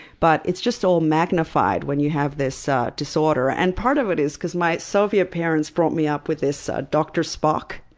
but it's just all magnified when you have this disorder. and part of it is because my soviet parents brought me up with this dr. spock.